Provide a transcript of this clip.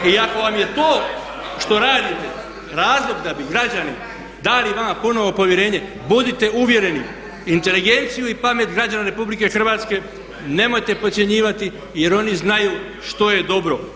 I ako vam je to što radite razlog da bi građani dali vama ponovo povjerenje, budite uvjereni inteligenciju i pamet građana RH nemojte podcjenjivati jer oni znaju što je dobro.